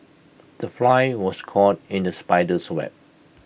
the fly was caught in the spider's web